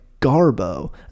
Garbo